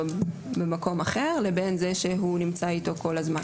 במקום אחר לבין זה שהוא נמצא איתו כל הזמן.